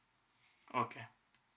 okay